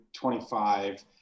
25